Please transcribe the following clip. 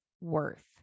worth